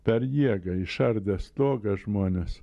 per jėgą išardė stogą žmonės